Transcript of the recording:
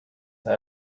that